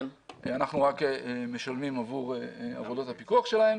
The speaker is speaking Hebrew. אנחנו רק משלמים עבור עבודות הפיקוח שלהם.